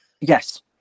yes